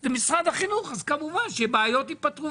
זה משרד החינוך אז כמובן שבעיות יפתרו.